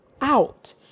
out